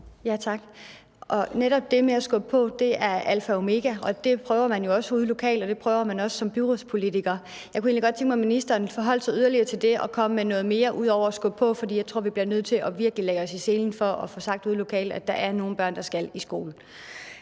(V): Tak, og netop det med at skubbe på er alfa og mega, og det prøver man jo også ude lokalt, og det prøver man også som byrådspolitiker. Og så kunne jeg godt tænke mig, at ministeren forholdt sig yderligere til det og kom med noget mere ud over at skubbe på. For jeg tror, vi bliver nødt til virkelig at lægge os i selen for at få sagt ude lokalt, at der er nogle børn, der skal i skole.